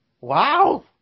Wow